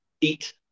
eat